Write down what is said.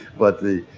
but the,